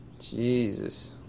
Jesus